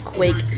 Quick